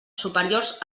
superiors